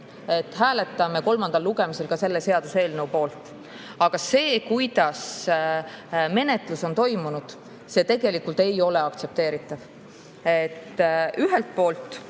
Hääletame kolmandal lugemisel ka selle seaduseelnõu poolt. Aga see, kuidas menetlus on toimunud, ei ole tegelikult aktsepteeritav.